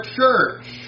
church